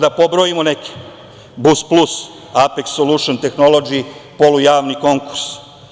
Da pobrojimo neke - Bus plus, Apeks solušn tehnolodži, polujavni konkurs.